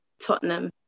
Tottenham